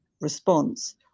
response